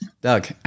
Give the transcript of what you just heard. Doug